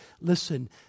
Listen